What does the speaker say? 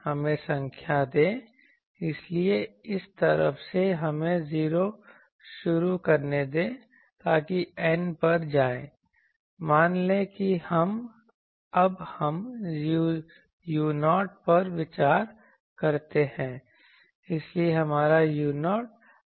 हमें संख्या दें इसलिए एक तरफ से हमें 0 शुरू करने दें ताकि N पर जाएं मान लें कि अब हम u0 पर विचार करते हैं इसलिए हमारा u0 अल्फ़ा d है